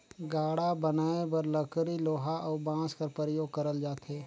गाड़ा बनाए बर लकरी लोहा अउ बाँस कर परियोग करल जाथे